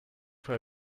for